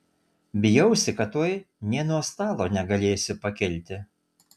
bijausi kad tuoj nė nuo stalo negalėsiu pakilti